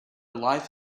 life